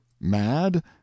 mad